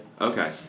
Okay